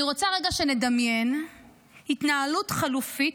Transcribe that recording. אני רוצה שנדמיין התנהלות חלופית,